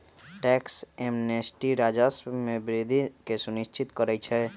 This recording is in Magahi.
टैक्स एमनेस्टी राजस्व में वृद्धि के सुनिश्चित करइ छै